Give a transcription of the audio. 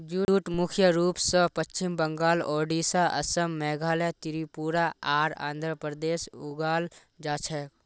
jute मुख्य रूप स पश्चिम बंगाल, ओडिशा, असम, मेघालय, त्रिपुरा आर आंध्र प्रदेशत उगाल जा छेक